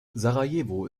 sarajevo